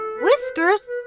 Whiskers